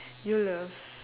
you love